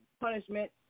punishment